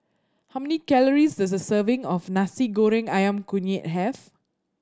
how many calories does a serving of Nasi Goreng Ayam Kunyit have